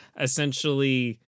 essentially